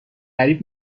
غریب